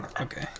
Okay